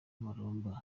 marumba